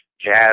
jazz